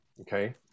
okay